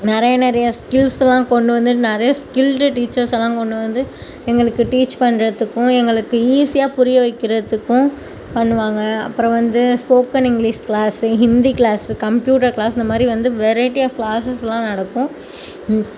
நிறைய நிறைய ஸ்கில்ஸுலாம் கொண்டு வந்து நிறைய ஸ்கில்டு டீச்சர்ஸுலாம் கொண்டுவந்து எங்களுக்கு டீச் பண்ணுறதுக்கும் எங்களுக்கு ஈசியாகப் புரிய வைக்கிறதுக்கும் பண்ணுவாங்க அப்புறம் வந்து spoken English class Hindi class computer class இந்தமாதிரி வந்து வெரையிட்டி ஆஃப் கிளாஸஸுலாம் நடக்கும்